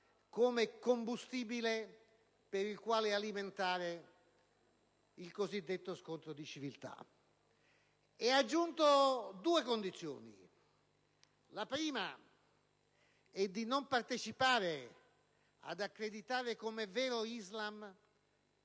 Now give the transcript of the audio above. come combustibile con il quale alimentare il cosiddetto scontro di civiltà, ed ha aggiunto due condizioni: la prima è di non partecipare ad accreditare come vero Islam